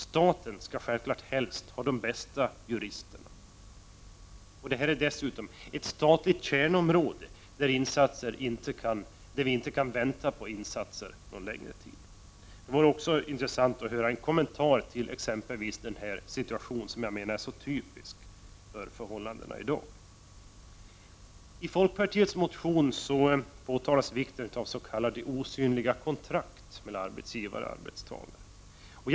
Staten skall självklart helst ha de bästa juristerna. Detta är dessutom ett statligt kärnområde där vi inte kan vänta på insatser mycket längre. Det vore också intressant att få en kommentar till denna situation, som jag menar är så typisk i dag. I folkpartiets motion påtalas vikten av s.k. osynliga kontrakt mellan arbetsgivare och arbetstagare.